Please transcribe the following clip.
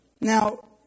Now